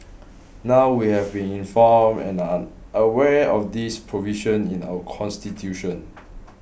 now we have been informed and are aware of this provision in our constitution